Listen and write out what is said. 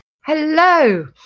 Hello